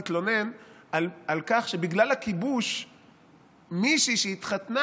שמתלונן על כך שבגלל הכיבוש מישהי שהתחתנה,